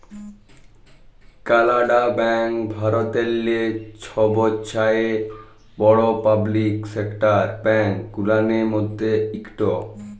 কালাড়া ব্যাংক ভারতেল্লে ছবচাঁয়ে বড় পাবলিক সেকটার ব্যাংক গুলানের ম্যধে ইকট